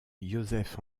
józef